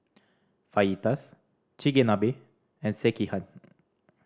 Fajitas Chigenabe and Sekihan